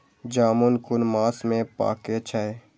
जामून कुन मास में पाके छै?